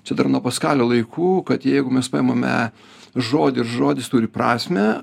čia dar nuo paskalio laikų kad jeigu mes paimame žodį ir žodis turi prasmę